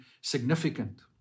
significant